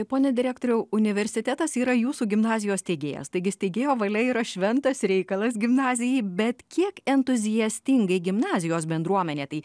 pone direktoriau universitetas yra jūsų gimnazijos steigėjas taigi steigėjo valia yra šventas reikalas gimnazijai bet kiek entuziastingai gimnazijos bendruomenė tai